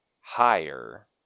higher